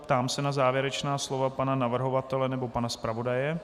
Ptám se na závěrečná slova pana navrhovatele nebo pana zpravodaje.